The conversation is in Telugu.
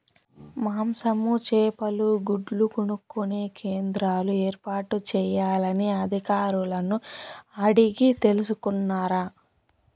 మాంసము, చేపలు, గుడ్లు కొనుక్కొనే కేంద్రాలు ఏర్పాటు చేయాలని అధికారులను అడిగి తెలుసుకున్నారా?